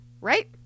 right